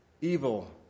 evil